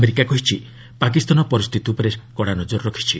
America କହିଛି ପାକିସ୍ତାନ ପରିସ୍ତିତି ଉପରେ ସେ କଡ଼ା ନଜର ରଖିଛି